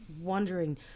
wondering